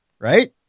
right